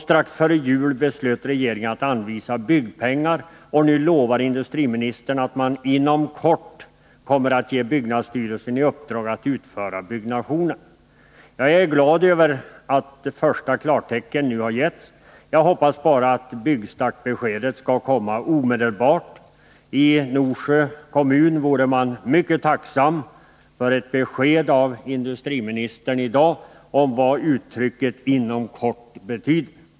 Strax före jul beslöt regeringen att anvisa byggpengar, och nu lovar industriministern att man ”inom kort kommer att ge byggnadsstyrelsen i uppdrag att utföra byggnationen”. Jag är glad över att första klartecken nu har getts. Jag hoppas bara att byggstartbeskedet skall komma omedelbart. I Norsjö kommun vore man mycket tacksam för besked från industriministern i dag om vad uttrycket ”inom kort” betyder.